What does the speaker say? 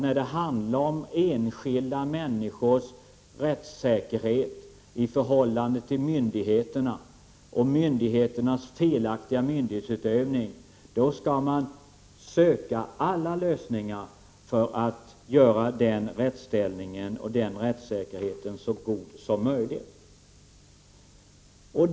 När det handlar om enskilda människors rättssäkerhet i förhållande till myndigheter samt felaktig myndighetsutövning skall man söka alla lösningar för att göra den rättsställningen och rättssäkerheten så god som möjligt.